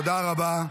תודה רבה.